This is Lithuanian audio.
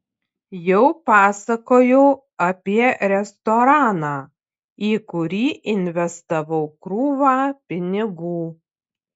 jau pasakojau apie restoraną į kurį investavau krūvą pinigų